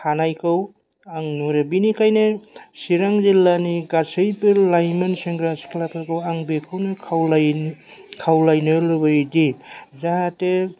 हानायखौ आं नुहुरो बिनिखायनो चिरां जिल्लानि गासैबो लाइमोन सेंग्रा सिख्लाफोरखौ आं बेखौनो खावलायनो खावलायनो लुगैयोदि जाहाथे